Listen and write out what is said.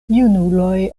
junuloj